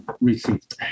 received